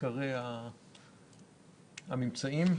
עיקרי הממצאים.